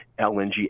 LNG